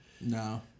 No